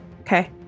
Okay